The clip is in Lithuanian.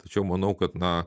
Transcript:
tačiau manau kad na